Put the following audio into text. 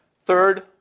Third